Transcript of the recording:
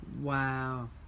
wow